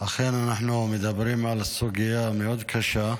אכן אנחנו מדברים על סוגיה מאוד קשה.